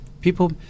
people